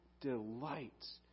delights